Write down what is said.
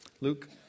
Luke